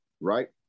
right